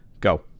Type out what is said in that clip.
go